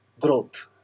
growth